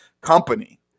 company